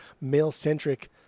male-centric